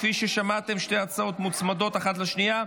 כפי ששמעתם, שתי ההצעות מוצמדות אחת לשנייה.